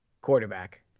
Quarterback